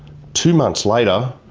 two months later,